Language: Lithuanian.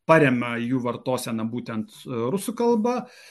paremia jų vartoseną būtent rusų kalba